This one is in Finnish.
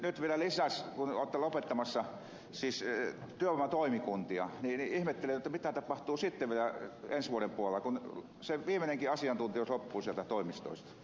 nyt vielä lisäksi kun olette lopettamassa työvoimatoimikuntia niin ihmettelen mitä tapahtuu sitten ensi vuoden puolella kun se viimeinenkin asiantuntijuus loppuu toimistoista